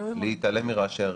להתעלם מרעשי הרקע,